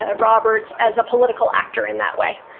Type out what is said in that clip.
ah roberts as a political actor in that way,